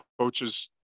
coaches